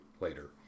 later